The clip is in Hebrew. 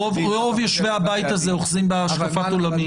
רוב יושבי הבית הזה אוחזים בהשקפת עולמי.